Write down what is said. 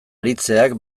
aritzeak